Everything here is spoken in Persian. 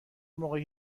موقع